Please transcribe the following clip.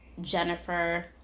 Jennifer